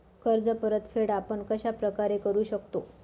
कर्ज परतफेड आपण कश्या प्रकारे करु शकतो?